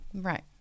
Right